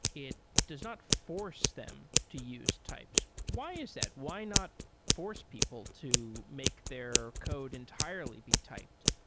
it does not force them to use types. why is that? why not force people to make their code entirely be typed?